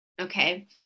okay